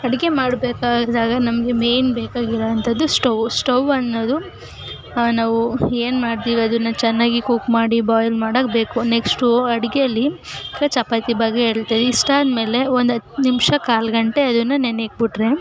ಅಡುಗೆ ಮಾಡಬೇಕಾದಾಗ ನಮಗೆ ಮೇಯ್ನ್ ಬೇಕಾಗಿರುವಂಥದ್ದು ಸ್ಟೌವು ಸ್ಟೌವ್ ಅನ್ನೋದು ನಾವು ಏನು ಮಾಡ್ತೀವಿ ಅದನ್ನು ಚೆನ್ನಾಗಿ ಕುಕ್ ಮಾಡಿ ಬಾಯ್ಲ್ ಮಾಡೋಕ್ಬೇಕು ನೆಕ್ಸ್ಟು ಅಡುಗೆಯಲ್ಲಿ ಈಗ ಚಪಾತಿ ಬಗ್ಗೆ ಹೇಳ್ತೀನಿ ಇಷ್ಟಾದ್ಮೇಲೆ ಒಂದು ಹತ್ತು ನಿಮಿಷ ಕಾಲು ಗಂಟೆ ಅದನ್ನು ನೆನೆಯೋಕೆ ಬಿಟ್ರೆ